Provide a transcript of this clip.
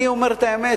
אני אומר את האמת,